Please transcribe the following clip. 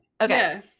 okay